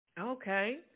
Okay